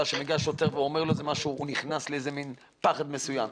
וכששוטר ניגש אליהם הם נכנסים לפחד מסוים.